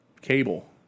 cable